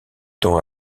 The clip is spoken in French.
temps